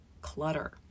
clutter